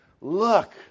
Look